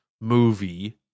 movie